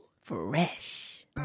Fresh